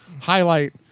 highlight